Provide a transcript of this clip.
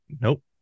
Nope